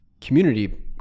community